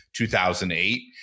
2008